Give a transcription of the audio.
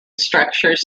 structures